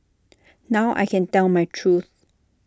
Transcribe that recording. now I can tell my truth